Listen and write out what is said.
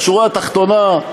בשורה התחתונה,